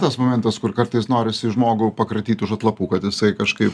tas momentas kur kartais norisi žmogų pakratyt už atlapų kad jisai kažkaip